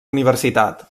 universitat